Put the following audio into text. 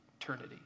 Eternity